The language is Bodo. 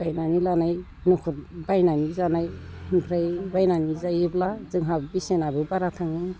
गायनानै लानाय न'खर बायनानै जानाय ओमफ्राय बायनानै जायोब्ला जोंहा बेसेनाबो बारा थाङो